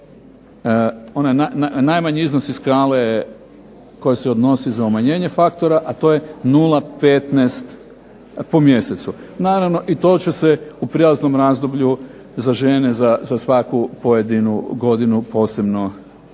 onaj najmanji iznos iz skale koji se odnosi za umanjenje faktora, a to je 0,15 po mjesecu. Naravno i to će se u prijelaznom razdoblju za žene za svaku pojedinu godinu posebno određivati